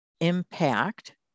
impact